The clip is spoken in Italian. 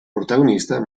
protagonista